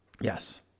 Yes